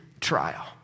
trial